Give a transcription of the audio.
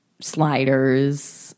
sliders